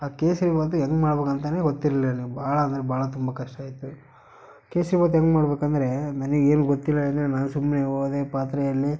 ಆ ಕೇಸರಿ ಭಾತು ಹೆಂಗ್ ಮಾಡ್ಬೇಕ್ ಅಂತನೇ ಗೊತ್ತಿರಲಿಲ್ಲ ಭಾಳ ಅಂದರೆ ಭಾಳ ತುಂಬ ಕಷ್ಟ ಆಯಿತು ಕೇಸರಿ ಭಾತ್ ಹೆಂಗ್ ಮಾಡ್ಬೇಕ್ ಅಂದರೆ ನನಗೆ ಏನೂ ಗೊತ್ತಿಲ್ಲ ಅಂದರೆ ನಾನು ಸುಮ್ಮನೆ ಹೋದೆ ಪಾತ್ರೆಯಲ್ಲಿ